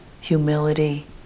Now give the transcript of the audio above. humility